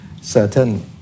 certain